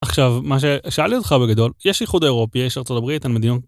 עכשיו, מה ששאלתי אותך בגדול, יש איחוד אירופי, יש ארצות הברית...